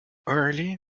early